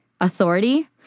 authority